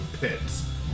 pits